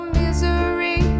misery